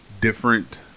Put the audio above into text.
different